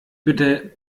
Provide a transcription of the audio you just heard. bitte